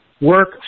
work